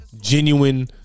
Genuine